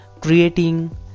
creating